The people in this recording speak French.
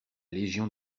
légion